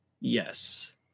Yes